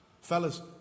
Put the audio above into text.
Fellas